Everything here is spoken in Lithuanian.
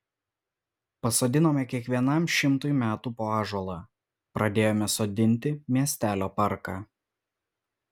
pasodinome kiekvienam šimtui metų po ąžuolą pradėjome sodinti miestelio parką